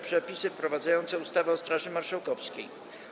Przepisy wprowadzające ustawę o Straży Marszałkowskiej.